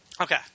Okay